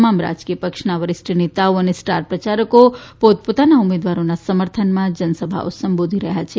તમામ રાજકીય પક્ષના વરીષ્ઠ નેતાઓ અને સ્ટાર પ્રચારકો પોતપોતાના ઉમેદવારોના સમર્થનમાં જનસભાઓ સંબોધી રહ્યા છે